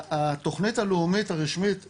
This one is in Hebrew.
התוכנית הלאומית הרשמית הסתיימה,